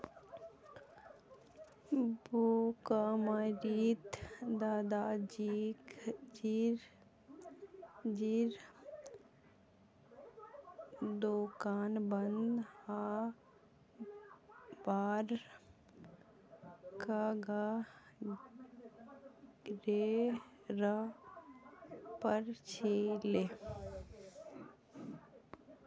भुखमरीत दादाजीर दुकान बंद हबार कगारेर पर छिले